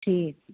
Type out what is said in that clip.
ਠੀਕ ਆ